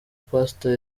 pastor